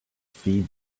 feed